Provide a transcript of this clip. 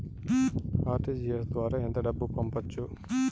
RTGS ద్వారా ఎంత డబ్బు పంపొచ్చు?